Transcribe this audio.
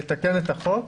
לתקן את החוק?